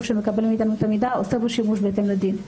שמקבל מאתנו את המידע עושה בו שימוש בהתאם לדין.